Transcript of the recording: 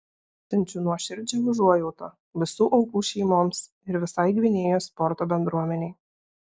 siunčiu nuoširdžią užuojautą visų aukų šeimoms ir visai gvinėjos sporto bendruomenei